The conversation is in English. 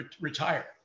retire